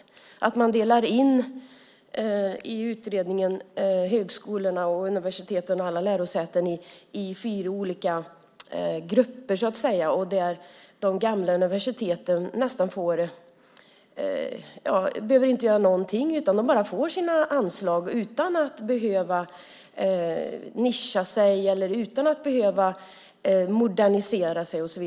I utredningen delar man in högskolorna, universiteten och alla lärosäten i fyra olika grupper där de gamla universiteten inte behöver göra någonting. De bara får sina anslag utan att behöva nischa sig, utan att behöva modernisera sig.